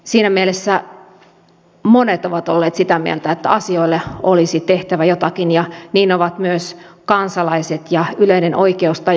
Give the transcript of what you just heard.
siinä mielessä monet ovat olleet sitä mieltä että asioille olisi tehtävä jotakin ja niin ovat myös kansalaiset ja yleinen oikeustaju